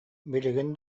билигин